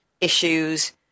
issues